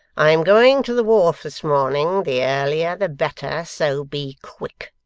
i am going to the wharf this morning the earlier the better, so be quick